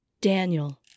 daniel